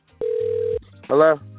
Hello